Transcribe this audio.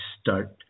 start